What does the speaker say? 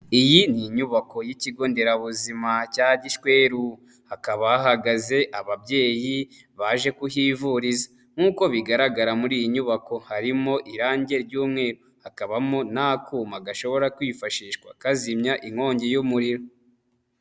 Iyi ni inyubako y'ikigo nderabuzima cya Gishweru, hakaba hahagaze ababyeyi baje kuhivuriza nk'uko bigaragara muri iyi nyubako harimo irangi ry'umweru, hakabamo n'akuma gashobora kwifashishwa kazimya inkongi y'umuriro.